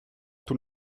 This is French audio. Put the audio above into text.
tout